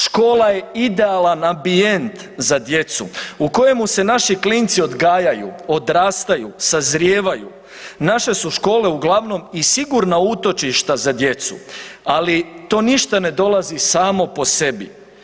Škola je idealan ambijent za djecu u kojemu se naši klinci odgajaju, odrastaju, sazrijevaju, naše su škole uglavnom i sigurna utočišta za djecu, ali to ništa ne dolazi samo po sebi.